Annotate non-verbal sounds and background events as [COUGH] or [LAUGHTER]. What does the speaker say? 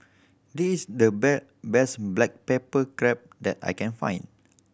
this the [UNINTELLIGIBLE] best black pepper crab that I can find